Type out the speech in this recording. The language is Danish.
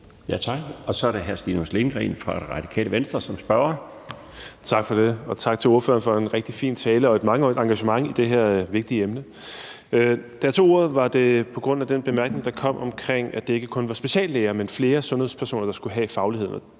Tak. Så er det hr. Stinus Lindgreen fra Radikale Venstre som spørger. Kl. 16:37 Stinus Lindgreen (RV): Tak for det, og tak til ordføreren for en rigtig fin tale og et mangeårigt engagement i det her vigtige emne. Jeg tog ordet på grund af den bemærkning, der kom, om, at det ikke kun var speciallæger, men flere sundhedspersoner, der skulle have fagligheden.